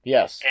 Yes